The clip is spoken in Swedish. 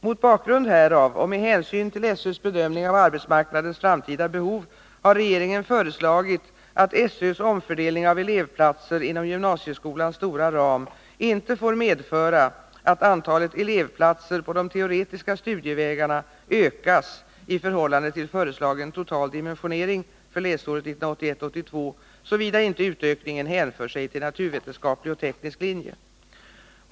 Mot bakgrund härav och med hänsyn till SÖ:s bedömning av arbetsmarknadens framtida behov har regeringen föreslagit att SÖ:s omfördelning av elevplatser inom gymnasieskolans stora ram inte får medföra att antalet elevplatser på de teoretiska studievägarna ökas i förhållande till föreslagen total dimensionering för läsåret 1981/82, såvida inte utökningen hänför sig till naturvetenskaplig och teknisk linje.